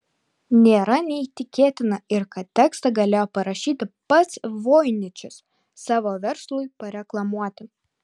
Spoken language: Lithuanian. nėra neįtikėtina ir kad tekstą galėjo parašyti pats voiničius savo verslui pareklamuoti